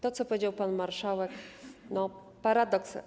To, co powiedział pan marszałek - paradoks.